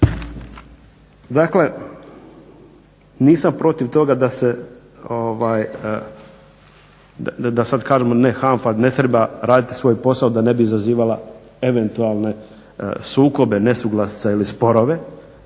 Dakle, nisam protiv toga da se, da sad kažemo ne HANFA, ne treba raditi svoj posao da ne bi izazivala eventualne sukobe, nesuglasice ili sporove,